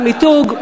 למיתוג,